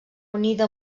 unida